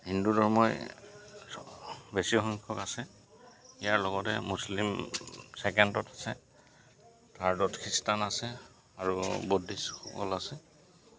হিন্দু ধৰ্মই বেছিসংখ্যক আছে ইয়াৰ লগতে মুছলিম ছেকেণ্ডত আছে থাৰ্ডত খ্ৰীষ্টান আছে আৰু বুদ্ধিষ্টসকল আছে